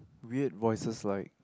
weird voices like